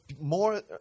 more